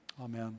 Amen